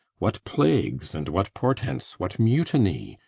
what plagues and what portents, what mutiny,